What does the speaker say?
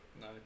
No